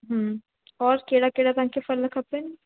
हम्म और कहिड़ा कहिड़ा तव्हांखे फल खपनि